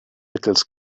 mittels